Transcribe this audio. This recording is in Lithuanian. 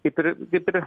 kaip ir kaip ir